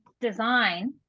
design